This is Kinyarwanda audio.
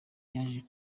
yaje